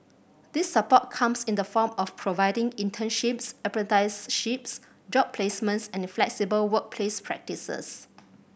this support comes in the form of providing internships apprenticeships job placements and flexible workplace practices